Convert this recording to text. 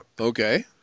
Okay